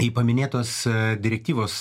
į paminėtos direktyvos